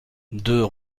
deux